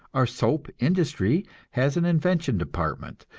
our soap industry has an invention department,